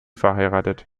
verheiratet